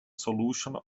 solution